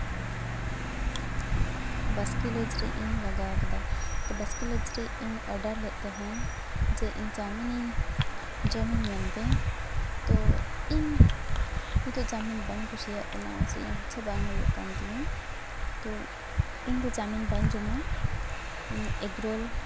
ᱵᱟᱥᱠᱮ lodge ᱨᱮ ᱤᱧ ᱞᱟᱜᱟᱣ ᱠᱟᱫᱟ ᱵᱟᱥᱠᱮ ᱞᱚᱡᱽ ᱨᱮ ᱤᱧ ᱚᱰᱟᱨ ᱞᱮᱫ ᱛᱟᱦᱮᱱ ᱡᱮ ᱤᱧ ᱪᱟᱣᱢᱤᱱᱤᱧ ᱡᱚᱢᱤᱧ ᱢᱮᱱᱛᱮ ᱛᱚ ᱤᱧ ᱱᱤᱛᱳᱜ ᱪᱟᱣᱢᱤᱱ ᱵᱟᱹᱧ ᱠᱩᱥᱤᱭᱟᱜ ᱠᱟᱱᱟ ᱥᱮ ᱤᱧᱟᱹᱜ ᱤᱪᱪᱷᱟᱹ ᱵᱟᱝ ᱦᱩᱭᱩᱜ ᱠᱟᱱ ᱛᱤᱧᱟᱹ ᱛᱚ ᱤᱧ ᱫᱚ ᱪᱟᱣᱢᱤᱱ ᱵᱟᱹᱧ ᱡᱚᱢᱟ ᱤᱧᱟᱹᱜ ᱮᱜᱽᱨᱳᱞ